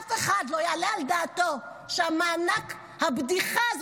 ושאף אחד לא יעלה על דעתו שהמענק בדיחה הזה